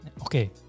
Okay